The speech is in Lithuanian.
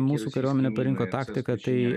mūsų kariuomenė parinko taktiką tai